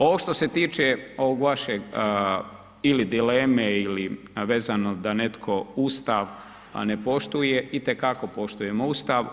Ovo što se tiče ovog vašeg ili dileme ili vezano da netko Ustav ne poštuje, itekako poštujemo Ustav.